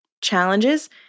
challenges